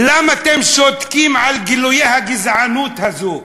למה אתם שותקים על גילויי הגזענות הזאת?